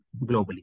globally